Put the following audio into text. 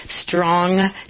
Strong